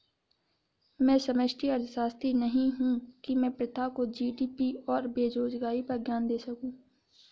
मैं समष्टि अर्थशास्त्री नहीं हूं की मैं प्रभा को जी.डी.पी और बेरोजगारी पर ज्ञान दे सकूं